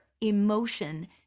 emotion